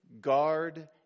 guard